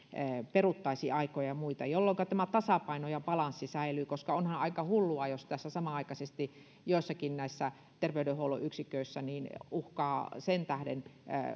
peruttaisi aikoja ja muita jolloinka tämä tasapaino balanssi säilyy koska onhan aika hullua jos tässä samanaikaisesti joissakin terveydenhuollon yksiköissä henkilöstöä uhkaa lomautus sen tähden